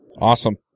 Awesome